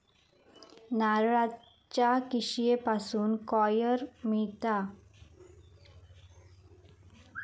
नारळाच्या किशीयेपासून कॉयर मिळता